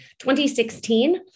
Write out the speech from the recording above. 2016